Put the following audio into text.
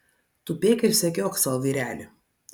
tupėk ir sekiok savo vyrelį